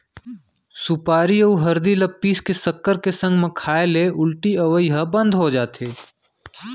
सुपारी अउ हरदी ल पीस के सक्कर के संग म खाए ले उल्टी अवई ह बंद हो जाथे